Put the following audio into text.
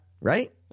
Right